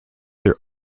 their